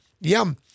Yum